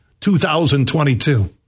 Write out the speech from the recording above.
2022